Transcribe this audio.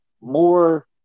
more